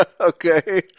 Okay